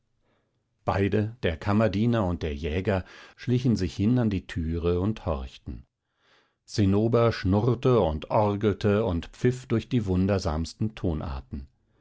beide der kammerdiener und der jäger schlichen sich hin an die türe und horchten zinnober schnurrte und orgelte und pfiff durch die wundersamsten tonarten